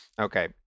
Okay